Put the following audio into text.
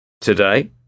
Today